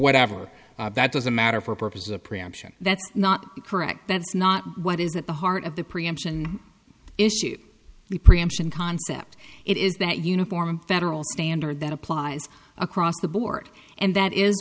whatever that doesn't matter for purposes of preemption that's not correct that's not what is at the heart of the preemption issue the preemption concept it is that uniform federal standard that applies across the board and that is